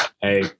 hey